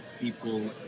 people